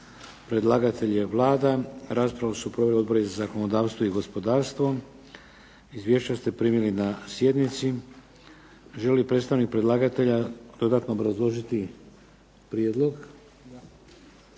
Predlagatelj je Vlada. Raspravu su proveli odbori za zakonodavstvo i gospodarstvo. Izvješća ste primili na sjednici. Želi li predstavnik predlagatelja dodatno obrazložiti prijedlog?